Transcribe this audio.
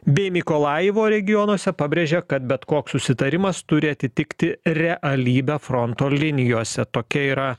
bei mykolajivo regionuose pabrėžia kad bet koks susitarimas turi atitikti realybę fronto linijose tokia yra